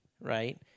Right